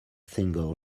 single